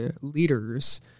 leaders